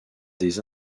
des